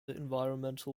environmental